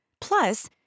Plus